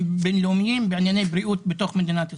בין-לאומיים בענייני בריאות בתוך מדינת ישראל.